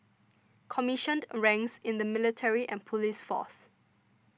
commissioned ranks in the military and police force